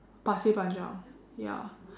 Pasir Panjang ya